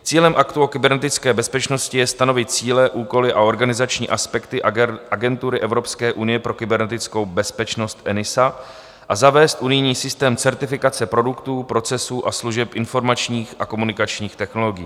Cílem Aktu o kybernetické bezpečnosti je stanovit cíle, úkoly a organizační aspekty Agentury Evropské unie pro kybernetickou bezpečnost a zavést unijní systém certifikace produktů, procesů a služeb informačních a komunikačních technologií.